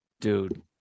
dude